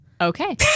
Okay